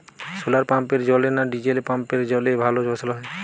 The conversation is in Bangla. শোলার পাম্পের জলে না ডিজেল পাম্পের জলে ভালো ফসল হয়?